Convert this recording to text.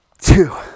two